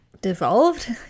devolved